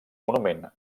monument